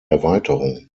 erweiterung